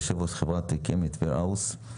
יושב-ראש Chemist Warehouse.